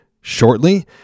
shortly